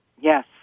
Yes